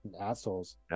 assholes